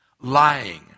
lying